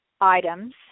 items